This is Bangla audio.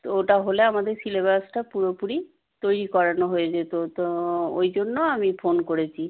তো ওটা হলে আমাদের সিলেবাসটা পুরোপুরি তৈরি করানো হয়ে যেত তো ওই জন্য আমি ফোন করেছি